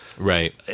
Right